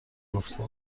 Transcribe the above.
گفته